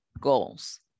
goals